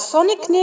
Sonic